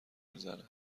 میزنه